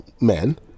men